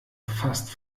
fast